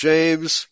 James